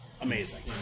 amazing